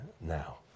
now